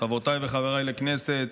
חברת הכנסת